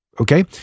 Okay